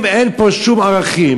אם אין פה שום ערכים,